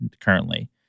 currently